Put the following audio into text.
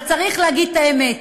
אבל צריך להגיד את האמת.